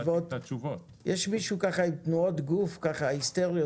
יש מישהו עם תנועות גוף היסטריות.